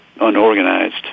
unorganized